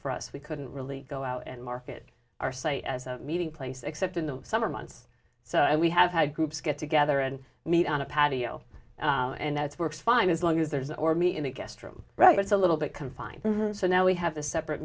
for us we couldn't really go out and market our site as a meeting place except in the summer months so we have had groups get together and meet on a patio and that's works fine as long as there's or me in the guest room right it's a little bit confined so now we have a separate